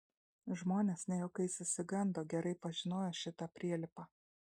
žmonės ne juokais išsigando gerai pažinojo šitą prielipą